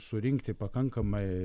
surinkti pakankamai